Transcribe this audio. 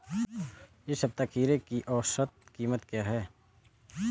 इस सप्ताह खीरे की औसत कीमत क्या है?